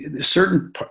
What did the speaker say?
certain